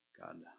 God